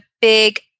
big